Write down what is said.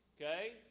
Okay